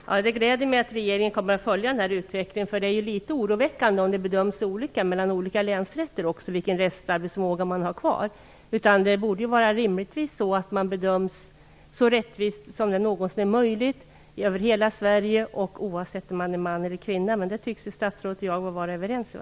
Herr talman! Det gläder mig att regeringen kommer att följa den här utvecklingen. Det är litet oroväckande om restarbetsförmågan bedöms olika vid olika länsrätter. Man borde rimligtvis över hela Sverige bedömas så rättvist som det någonsin är möjligt, oavsett om det gäller man eller kvinna. Men det tycks statsrådet och jag vara överens om.